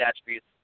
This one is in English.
attributes